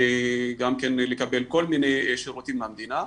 גם כן לקבל כל מני שירותים מהמדינה,